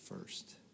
first